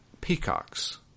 peacocks